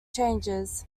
changes